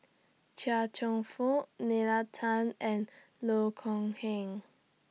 Chia Cheong Fook Nalla Tan and Loh Kok Heng